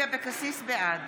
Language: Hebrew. בעד